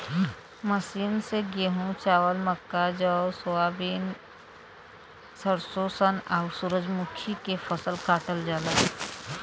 machine से गेंहू, चावल, मक्का, जौ, सोयाबीन, सरसों, सन, आउर सूरजमुखी के फसल काटल जाला